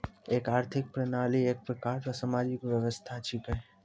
एक आर्थिक प्रणाली एक प्रकार रो सामाजिक व्यवस्था छिकै